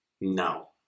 No